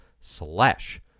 slash